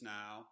now